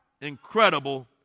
Incredible